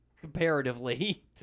comparatively